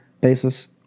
basis